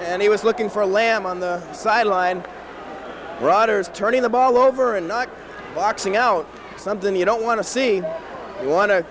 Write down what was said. and he was looking for a lamb on the sideline rotters turning the ball over and boxing out something you don't want to see you want to